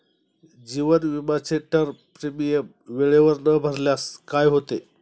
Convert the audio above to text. जीवन विमाचे term premium वेळेवर न भरल्यास काय होते?